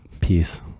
Peace